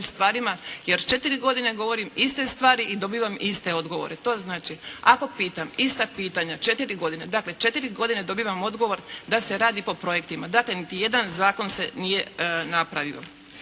stvarima jer četiri godine govorim iste stvari i dobivam iste odgovore. To znači ako pitam ista pitanja četiri godine, dakle četiri godine dobivam odgovor da se radi po projektima. Dakle, niti jedan zakon se nije napravio.